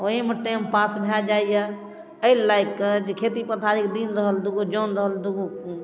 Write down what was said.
ओहीमे time pass भए जाइए एहि लए कऽ जे खेती पथारीके दिन रहल दूगो जन रहल दूगो